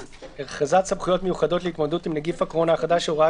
הכרזת סמכויות מיוחדות להתמודדות עם נגיף הקורונה החדש (הוראת